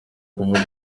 kuvuga